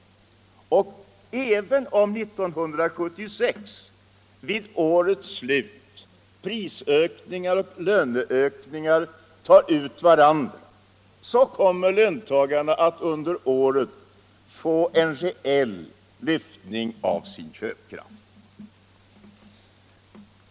Även om vid årets slut 1976 prisökningar och löneökningar tar ut varandra, så kommer löntagarna att under året få en reell lyftning av sin köpkraft.